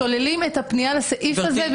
שוללים את הפניה לסעיף הזה.